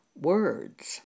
words